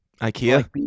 ikea